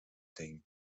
team